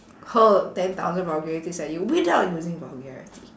hurl ten thousand vulgarities at you without using vulgarity